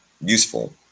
useful